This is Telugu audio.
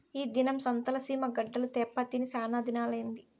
ఈ దినం సంతల సీమ గడ్డలు తేప్పా తిని సానాదినాలైనాది